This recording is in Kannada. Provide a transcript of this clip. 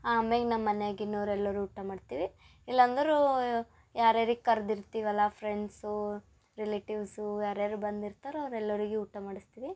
ಆಮೇಲ್ ನಮ್ಮ ಮನೆಗೆ ಇನ್ನೋರು ಎಲ್ಲರೂ ಊಟ ಮಾಡ್ತೀವಿ ಇಲ್ಲಂದ್ರೆ ಯಾರು ಯಾರಿಗೆ ಕರೆದಿರ್ತಿವಲ್ಲ ಫ್ರೆಂಡ್ಸು ರಿಲೇಟಿವ್ಸು ಯಾರು ಯಾರು ಬಂದಿರ್ತಾರೆ ಅವ್ರು ಎಲ್ಲರಿಗೂ ಊಟ ಮಾಡಿಸ್ತೀವಿ